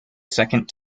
second